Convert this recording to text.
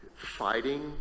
Fighting